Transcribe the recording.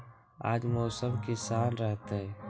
आज मौसम किसान रहतै?